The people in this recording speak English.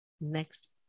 Next